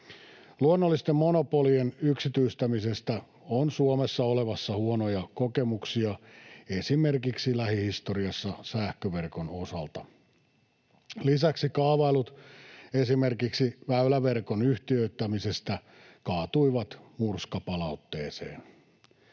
Luonnollisten monopolien yksityistämisestä on Suomessa olemassa huonoja kokemuksia esimerkiksi lähihistoriassa sähköverkon osalta. Lisäksi kaavailut esimerkiksi väyläverkon yhtiöittämisestä kaatuivat murskapalautteeseen.